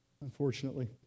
unfortunately